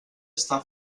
està